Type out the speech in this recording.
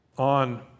on